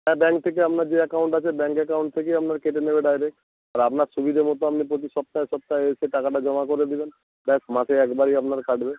হ্যাঁ ব্যাঙ্ক থেকে আপনার যে অ্যাকাউন্ট আছে ব্যাঙ্ক অ্যাকাউন্ট থেকেই আপনার কেটে নেবে ডায়রেক্ট আর আপনার সুবিধে মতো আপনি প্রতি সপ্তাহে সপ্তাহে এসে টাকাটা জমা করে দিবেন ব্যস মাসে একবারই আপনার কাটবে